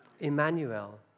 Emmanuel